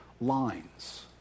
lines